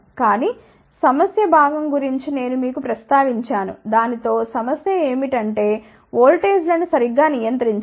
కానీ సమస్య భాగం గురించి నేను మీకు ప్రస్తావించాను దానితో సమస్య ఏమిటంటే ఓల్టేజ్లను సరిగ్గా నియంత్రించాలి